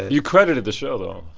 you credited the show, though.